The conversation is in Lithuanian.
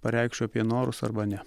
pareikšiu apie norus arba ne